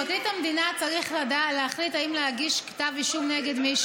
פרקליט המדינה צריך להחליט אם להגיש כתב אישום נגד מישהו.